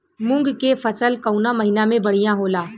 मुँग के फसल कउना महिना में बढ़ियां होला?